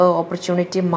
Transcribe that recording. opportunity